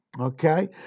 Okay